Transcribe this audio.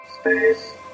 Space